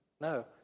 No